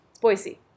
Boise